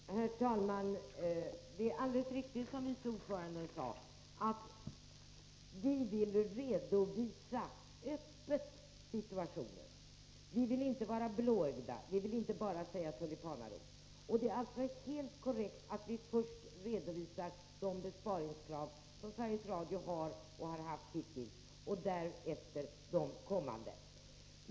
Herr talman! Det är alldeles riktigt som vice ordföranden sade, att vi vill redovisa situationen öppet. Vi vill inte vara blåögda, vi vill inte bara säga tulipanaros. Det är alltså helt korrekt att vi först redovisar Sveriges Radios hittillsvarande besparingskrav och därefter de kommande.